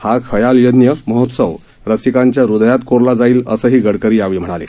हा खयाल यज्ञ महोत्सव रसिकांच्या हदयात कोरला जाईल असही गडकरी यावेळी म्हणाले